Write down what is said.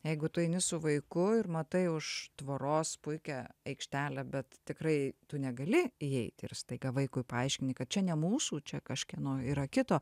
jeigu tu eini su vaiku ir matai už tvoros puikią aikštelę bet tikrai tu negali įeiti ir staiga vaikui paaiškini kad čia ne mūsų čia kažkieno yra kito